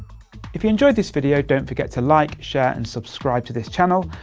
if you enjoyed this video, don't forget to like, share and subscribe to this channel.